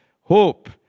hope